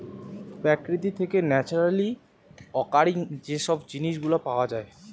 প্রকৃতি থেকে naturally occurring যে সব জিনিস গুলা পাওয়া যায়